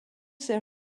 their